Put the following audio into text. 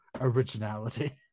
originality